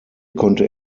konnte